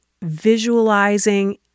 visualizing